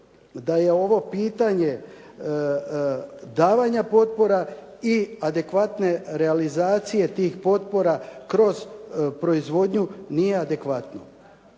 da je ovo pitanje davanja potpora i adekvatne realizacije tih potpora kroz proizvodnju nije adekvatno.